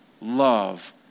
love